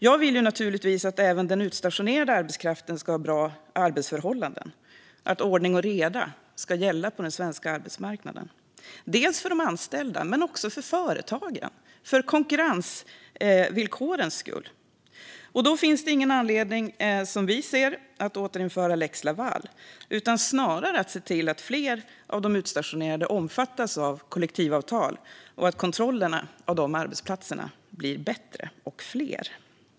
Jag vill naturligtvis att även den utstationerade arbetskraften ska ha bra arbetsförhållanden och att ordning och reda ska gälla på den svenska arbetsmarknaden, för de anställda men också för företagen och för konkurrensvillkorens skull. Då finns det, som vi ser det, ingen anledning att återinföra lex Laval. Snarare bör man se till att fler av de utstationerade omfattas av kollektivavtal och att kontrollerna av de arbetsplatserna blir bättre och fler.